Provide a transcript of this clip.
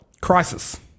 crisis